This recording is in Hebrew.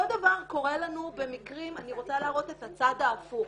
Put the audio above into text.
אותו דבר קורה לנו במקרים אני רוצה להראות את הצד ההפוך.